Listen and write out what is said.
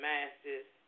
Masses